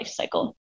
lifecycle